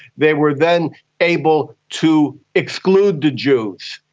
they were then able to exclude the jews,